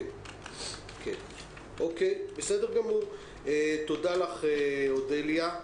בסדר גמור, תודה אודליה.